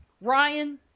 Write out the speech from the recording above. Ryan